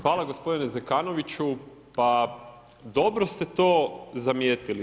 Hvala gospodine Zekanoviću, pa dobro ste to zamijetili.